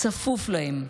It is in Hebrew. צפוף להם.